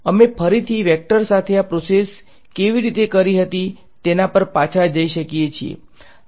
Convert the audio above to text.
અમે ફરીથી વેક્ટર સાથે આ પ્રોસેસ કેવી રીતે કરી હતી તેના પર પાછા જઈ શકીએ છીએ